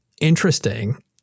interesting